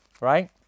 Right